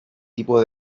tipo